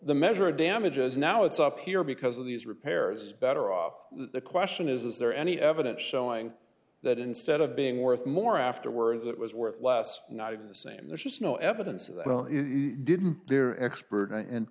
the measure of damages now it's up here because of these repairs better off the question is is there any evidence showing that instead of being worth more afterwards it was worth less not even the same there's just no evidence and i don't didn't their expert and